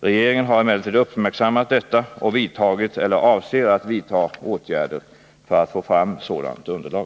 Regeringen har emellertid uppmärksammat detta och vidtagit eller avser att vidta åtgärder för att få fram sådant underlag.